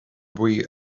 buí